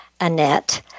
Annette